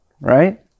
right